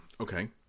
Okay